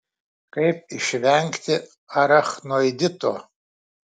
kaip išvengti arachnoidito